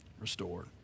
restored